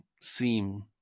seem